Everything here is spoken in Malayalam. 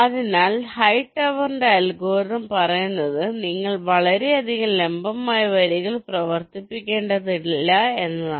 അതിനാൽ ഹൈടവറിന്റെ അൽഗോരിതംHightower's algorithm പറയുന്നത് നിങ്ങൾ വളരെയധികം ലംബമായ വരികൾ പ്രവർത്തിപ്പിക്കേണ്ടതില്ല എന്നതാണ്